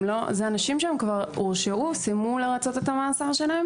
אלה אנשים שכבר הורשעו וסיימו לרצות את המאסר שלהם